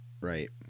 Right